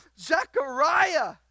Zechariah